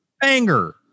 banger